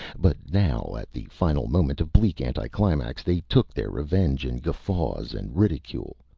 but now, at the final moment of bleak anticlimax, they took their revenge in guffaws and ridicule,